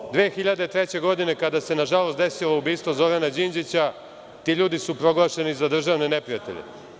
Godine 2003. kada se, nažalost, desilo ubistvo Zorana Đinđića, ti ljudi su proglašeni za državne neprijatelje.